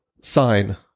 sign